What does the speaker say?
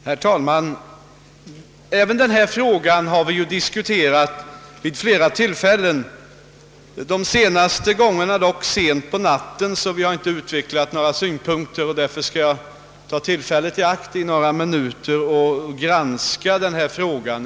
Herr talman! Även denna fråga har vi diskuterat vid flera tillfällen. De senaste gångerna var det dock sent på natten, varför jag skall ta tillfället i akt och ägna några minuter åt att granska frågan.